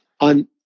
on